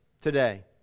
today